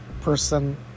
person